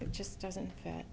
it just doesn't fit